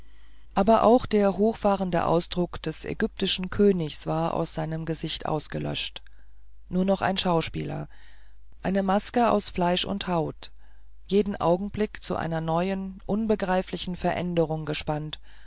aber auch der hochfahrende ausdruck des ägyptischen königs war aus seinem gesicht ausgelöscht nur noch ein schauspieler eine maske aus fleisch und haut jeden augenblick zu einer neuen unbegreiflichen veränderung gespannt